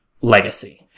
legacy